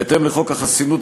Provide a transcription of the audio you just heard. בהתאם לחוק החסינות,